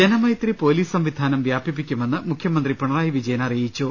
Janamaithri police സംവിധാനം വ്യാപിപ്പിക്കുമെന്ന് മുഖ്യമന്ത്രി പിണറായി വിജയൻ അറിയിച്ചു